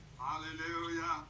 Hallelujah